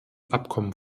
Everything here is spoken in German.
abkommen